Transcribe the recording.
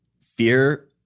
fear